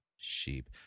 sheep